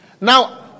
Now